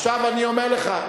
עכשיו אני אומר לך,